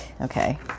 okay